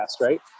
right